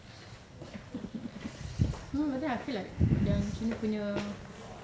hmm but then I feel like yang cina punya